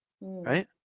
right